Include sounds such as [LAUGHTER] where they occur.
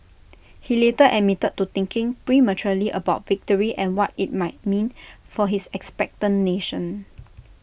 [NOISE] he later admitted to thinking prematurely about victory and what IT might mean for his expectant nation